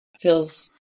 Feels